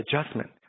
adjustment